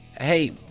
Hey